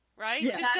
Right